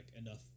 enough